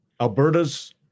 albertas